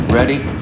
Ready